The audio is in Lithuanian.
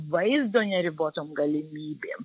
vaizdo neribotom galimybėm